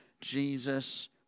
Jesus